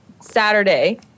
Saturday